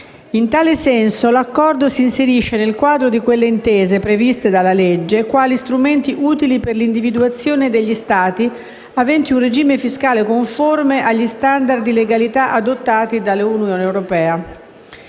In tale senso l'Accordo si inserisce nel quadro di quelle intese, previste dalla legge, quali strumenti utili per l'individuazione degli Stati aventi un regime fiscale conforme agli standard di legalità adottati dall'Unione europea.